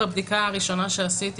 בבדיקה הראשונה שעשיתי,